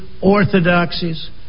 orthodoxies